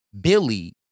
Billy